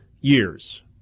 years